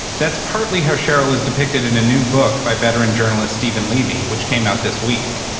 that's partly how sheryl is depicted in a new book by veteran journalist steven levy, which came out this week.